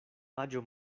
aĝo